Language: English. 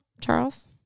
Charles